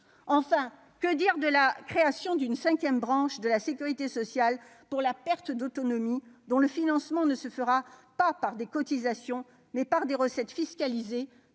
Enfin, que dire de la création d'une cinquième branche de la sécurité sociale, pour la perte d'autonomie, dont le financement se fera non par des cotisations mais par des recettes fiscalisées,